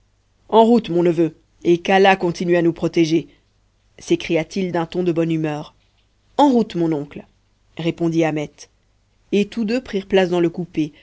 en route mon neveu et qu'allah continue à nous protéger s'écria-t-il d'un ton de bonne humeur en route mon oncle répondit ahmet et tous deux prirent place dans le coupé